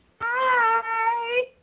Hi